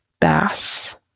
bass